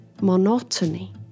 monotony